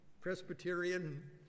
Presbyterian